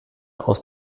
aus